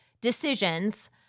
decisions